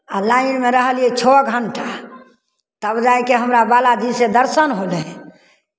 आ लाइनमे रहलियै छओ घण्टा तब जाय कऽ हमरा बालाजीसँ दर्शन होलै